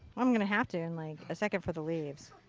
i'm going to have to in like a second for the leaves.